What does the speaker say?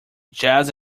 jazz